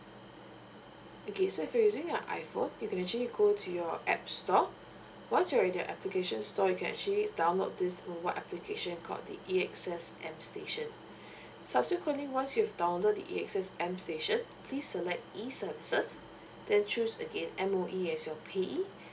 okay so if you're using your iphone you can actually go to your app store once you're at the application store you can actually download this mobile application called the A_X_S M station subsequently once you've download the A_X_S M station please select e services then choose again M_O_E as your payee